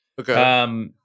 Okay